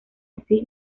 así